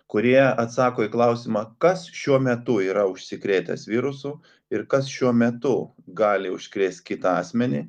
kurie atsako į klausimą kas šiuo metu yra užsikrėtęs virusu ir kas šiuo metu gali užkrėst kitą asmenį